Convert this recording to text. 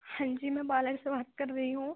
ہاں جی میں بالا جی سے بات کر رہی ہوں